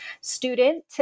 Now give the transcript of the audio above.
student